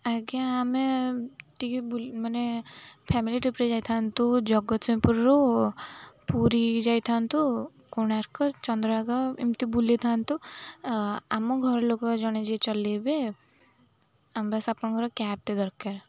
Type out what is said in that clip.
ଆଜ୍ଞା ଆମେ ଟିକେ ମାନେ ଫ୍ୟାମିଲି ଟ୍ରିପ୍ରେ ଯାଇଥାନ୍ତୁ ଜଗତସିଂହପୁରରୁ ପୁରୀ ଯାଇଥାନ୍ତୁ କୋଣାର୍କ ଚନ୍ଦ୍ରଭାଗା ଏମିତି ବୁଲିଥାନ୍ତୁ ଆମ ଘର ଲୋକ ଜଣେ ଯିଏ ଚଲାଇବେ ବାସ ଆପଣଙ୍କର କ୍ୟାବ୍ଟେ ଦରକାର